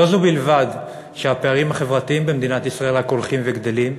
לא זו בלבד שהפערים החברתיים במדינת ישראל רק הולכים וגדלים,